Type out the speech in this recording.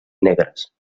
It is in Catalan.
negres